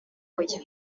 oya